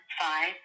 five